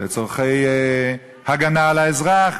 לצורכי הגנה על האזרח,